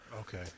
okay